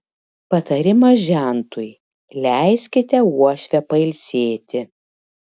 patarimas žentui leiskite uošvę pailsėti